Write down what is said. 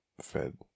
fed